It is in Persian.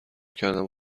کردم